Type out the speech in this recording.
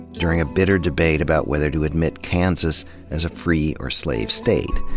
during a bitter debate about whether to admit kansas as a free or slave state.